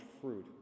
fruit